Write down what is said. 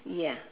ya